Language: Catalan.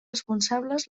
responsables